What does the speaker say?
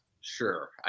Sure